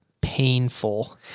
painful